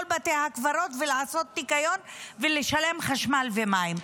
בתי הקברות ולעשות ניקיון ולשלם חשמל ומים.